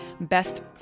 best